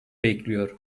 bekliyor